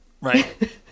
right